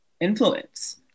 influence